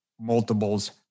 multiples